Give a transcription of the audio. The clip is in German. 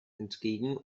entgegen